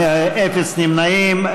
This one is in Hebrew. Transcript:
אפס נמנעים.